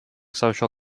social